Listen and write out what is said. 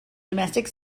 domestic